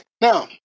Now